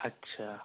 اچھا